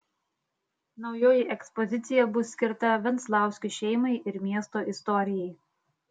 naujoji ekspozicija bus skirta venclauskių šeimai ir miesto istorijai